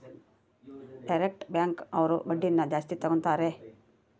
direct bank ಅವ್ರು ಬಡ್ಡಿನ ಜಾಸ್ತಿ ತಗೋತಾರೆ